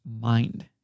mind